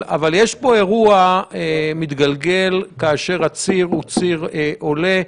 יש פה אירוע מתגלגל, כאשר הציר הוא ציר עולה.